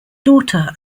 daughter